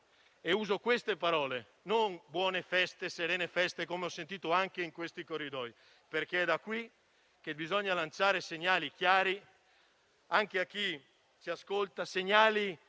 Uso queste parole, non «buone feste» o «serene feste», come ho sentito anche in questi corridoi, perché è da qui che bisogna lanciare segnali chiari, anche a chi ci ascolta, su quali